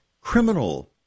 criminal